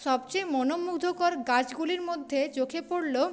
সবচেয়ে মন মুগ্ধকর গাছগুলির মধ্যে চোখে পড়ল